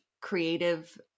creative